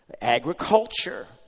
Agriculture